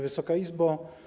Wysoka Izbo!